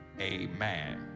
Amen